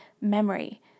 memory